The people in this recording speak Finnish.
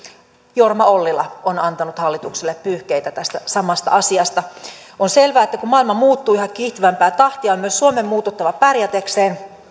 jorma ollila on antanut hallitukselle pyyhkeitä tästä samasta asiasta on selvää että kun maailma muuttuu yhä kiihtyvämpää tahtia on myös suomen muututtava pärjätäkseen